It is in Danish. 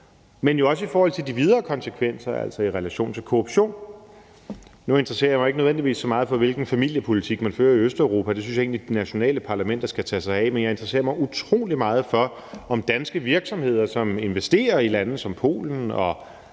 jo også i forhold til de videre konsekvenser, altså i relation til korruption. Nu interesserer jeg mig ikke nødvendigvis så meget for, hvilken familiepolitik man fører i Østeuropa. Det synes jeg egentlig de nationale parlamenter skal tage sig af. Men jeg interesserer mig utrolig meget for, om danske virksomheder, som investerer i lande som Polen og